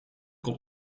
kon